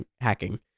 hacking